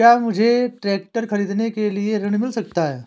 क्या मुझे ट्रैक्टर खरीदने के लिए ऋण मिल सकता है?